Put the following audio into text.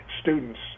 students